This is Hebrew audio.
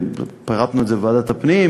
פירטנו את זה בוועדת הפנים,